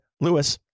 Lewis